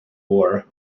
war